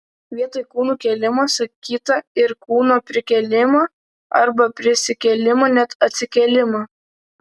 vietoj kūnų kėlimą sakyta ir kūno prikėlimą arba prisikėlimą net atsikėlimą